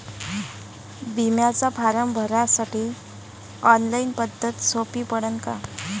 बिम्याचा फारम भरासाठी ऑनलाईन पद्धत सोपी पडन का?